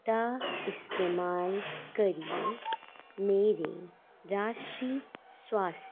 दा इस्तमाल करियै मेरे राशी स्वास्थ्य